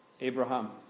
Abraham